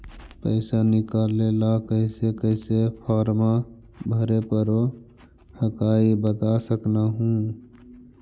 पैसा निकले ला कैसे कैसे फॉर्मा भरे परो हकाई बता सकनुह?